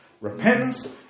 Repentance